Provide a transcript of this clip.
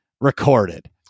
recorded